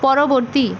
পরবর্তী